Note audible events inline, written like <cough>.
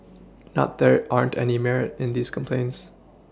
<noise> not there aren't any Merit in these complaints